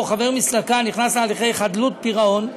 חבר מסלקה נכנס להליכי חדלות פירעון.